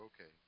okay